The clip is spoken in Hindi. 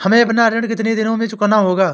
हमें अपना ऋण कितनी दिनों में चुकाना होगा?